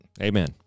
Amen